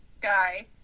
guy